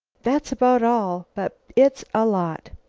that's about all, but it's a lot.